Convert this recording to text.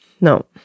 No